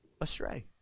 astray